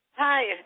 Hi